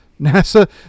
NASA